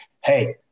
hey